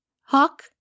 Hawk